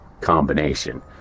combination